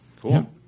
Cool